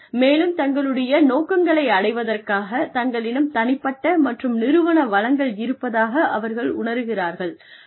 மேலும் தங்களுடைய நோக்கங்களை அடைவதற்காக தங்களிடம் தனிப்பட்ட மற்றும் நிறுவன வளங்கள் இருப்பதாக அவர்கள் உணருகிறார்கள்